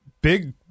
Big